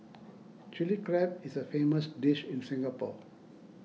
Chilli Crab is a famous dish in Singapore